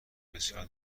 بسیار